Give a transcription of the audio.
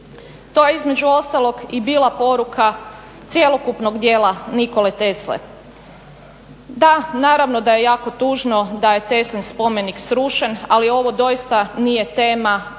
To je između ostalog i bila poruka cjelokupnog dijela Nikole Tesle. Da, naravno da je jako tužno da je Teslin spomenik srušen, ali ovo doista nije tema